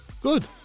Good